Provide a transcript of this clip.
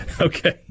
Okay